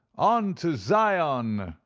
on to zion!